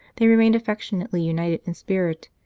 they remained affectionately united in spirit,